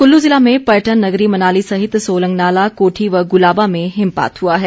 कुल्लू जिला में पर्यटन नगरी मनाली सहित सोलंगनाला कोठी व गुलाबा में हिमपात हुआ है